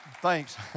thanks